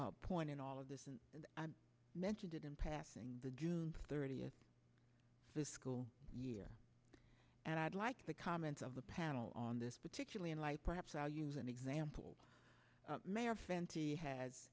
point in all of this and i mentioned it in passing the june thirtieth the school year and i'd like the comments of the panel on this particularly in light perhaps i'll use an example mayor fenty has